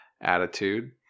attitude